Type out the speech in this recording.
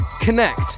connect